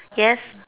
yes